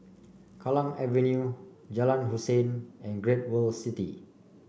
Kallang Avenue Jalan Hussein and Great World City